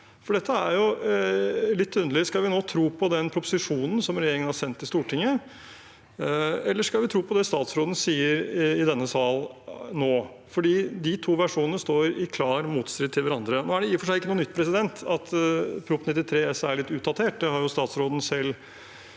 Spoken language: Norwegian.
Dette er jo litt underlig. Skal vi tro på den proposisjonen som regjeringen har sendt til Stortinget, eller skal vi tro på det statsråden nå sier i denne sal? De to versjonene står i klar motstrid til hverandre. Nå er det i og for seg ikke noe nytt at Prop. 93 S er litt utdatert,